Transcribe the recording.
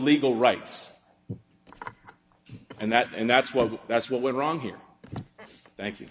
legal right and that and that's what that's what went wrong here thank you